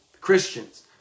Christians